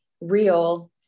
real